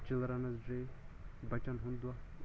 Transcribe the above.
children's day بَچَن ہُنٛد دۄہ